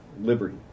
Liberty